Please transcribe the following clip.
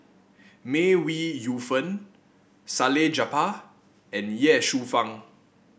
May Ooi Yu Fen Salleh Japar and Ye Shufang